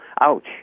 ouch